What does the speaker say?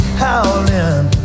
howling